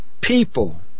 people